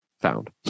found